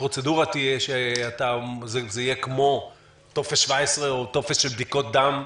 הפרוצדורה שתהיה היא כמו טופס 17 או טופס של בדיקות דם,